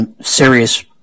serious